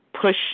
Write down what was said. push